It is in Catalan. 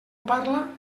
parla